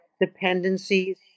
dependencies